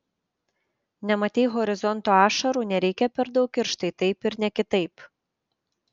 nematei horizonto ašarų nereikia per daug ir štai taip ir ne kitaip